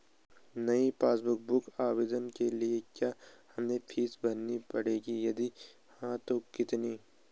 नयी passbook book आवेदन के लिए क्या हमें फीस भरनी पड़ेगी यदि हाँ तो कितनी?